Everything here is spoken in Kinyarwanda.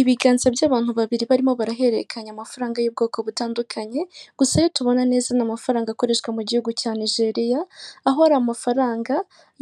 Ibiganza by'abantu babiri barimo barahererekanya amafaranga y'ubwoko butandukanye, gusa ayo tubona neza n'amafaranga akoreshwa mu gihugu cya nigeriya, aho ari amafaranga